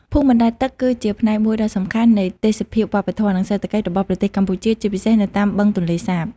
ភូមិបណ្តែតទឹកគឺជាផ្នែកមួយដ៏សំខាន់នៃទេសភាពវប្បធម៌ និងសេដ្ឋកិច្ចរបស់ប្រទេសកម្ពុជា ជាពិសេសនៅតាមបឹងទន្លេសាប។